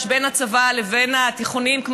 בין הצבא לבין התיכונים ומערכת החינוך,